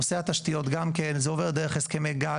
נושא התשתיות גם כן, זה עובר דרך הסכמי גג.